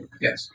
yes